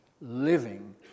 Living